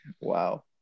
wow